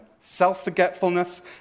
Self-forgetfulness